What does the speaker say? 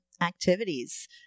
activities